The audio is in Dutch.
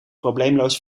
probleemloos